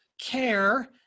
care